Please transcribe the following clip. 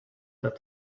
that